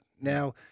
Now